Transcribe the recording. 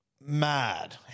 mad